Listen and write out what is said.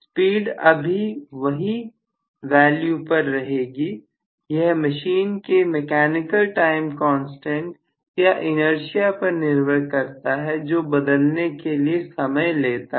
speed अभी वही value पर रहेगी यह मशीन के मैकेनिकल टाइम कांस्टेंट या इनर्शिया पर निर्भर करता है जो बदलने के लिए समय लेता है